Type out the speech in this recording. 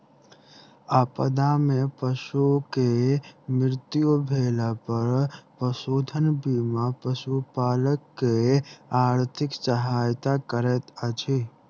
आपदा में पशु के मृत्यु भेला पर पशुधन बीमा पशुपालक के आर्थिक सहायता करैत अछि